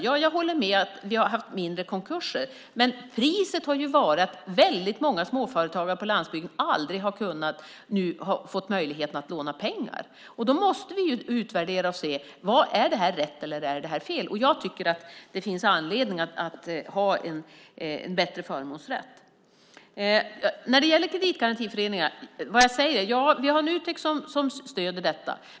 Ja, jag håller med om att vi har haft mindre konkurser. Men priset har varit att väldigt många småföretagare på landsbygden aldrig har fått möjligheten att låna pengar. Då måste vi utvärdera och se om det här är rätt eller om det är fel. Jag tycker att det finns anledning att ha en bättre förmånsrätt. När det gäller kreditgarantiföreningar har vi Nutek som stöder dessa.